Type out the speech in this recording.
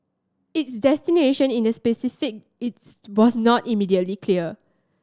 its destination in the Pacific is was not immediately clear